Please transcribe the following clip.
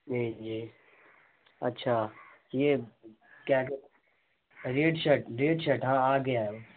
جی جی اچھا یہ کیا ریڈ شرٹ ریڈ شرٹ ہاں آ گیا ہے وہ